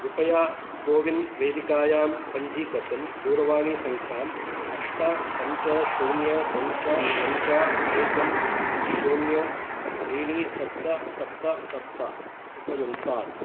कृपया कोविन् वेदिकायां पञ्जीकर्तुं दूरवाणीसङ्ख्याम् अष्ट पञ्च शून्यं पञ्च पञ्च एकम् शून्यं त्रीणि सप्त सप्त सप्त उपयुङ्क्तात्